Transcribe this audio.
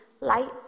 light